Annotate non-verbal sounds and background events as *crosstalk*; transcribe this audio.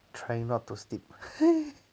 trying not to sleep *laughs*